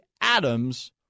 Adams